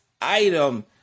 item